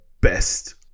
best